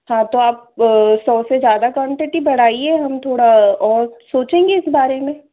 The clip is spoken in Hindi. हाँ तो आप सौ से ज़्यादा की क्वांटिटी बढ़ाइए हम थोड़ा और सोचेंगे इस बारे में